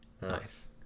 Nice